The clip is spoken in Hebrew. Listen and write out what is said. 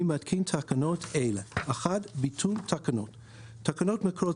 אני מתקין תקנות אלה: ביטול תקנות 1. תקנות מקורות